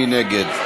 מי נגד?